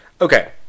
okay